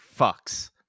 fucks